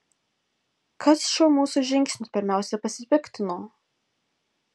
kas šiuo mūsų žingsniu pirmiausia pasipiktino